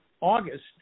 August